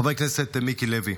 חבר הכנסת מיקי לוי,